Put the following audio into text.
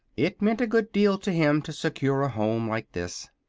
it meant a good deal to him to secure a home like this.